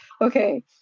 Okay